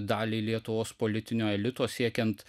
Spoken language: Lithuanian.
daliai lietuvos politinio elito siekiant